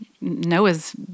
Noah's